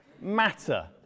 matter